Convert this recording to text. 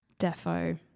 defo